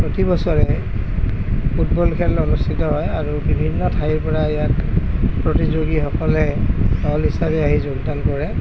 প্ৰতিবছৰে ফুটবল খেল অনুষ্ঠিত হয় আৰু বিভিন্ন ঠাইৰ পৰা ইয়াত প্ৰতিযোগীসকলে দল হিচাপে আহি যোগদান কৰে